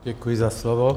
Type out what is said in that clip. Děkuji za slovo.